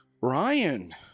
Ryan